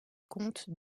compte